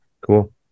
Cool